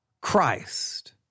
Christ